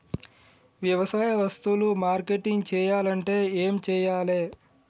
వ్యవసాయ వస్తువులు మార్కెటింగ్ చెయ్యాలంటే ఏం చెయ్యాలే?